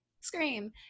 scream